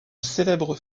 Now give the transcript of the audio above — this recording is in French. célèbre